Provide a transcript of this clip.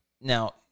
Now